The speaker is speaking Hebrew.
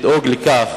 לדאוג לכך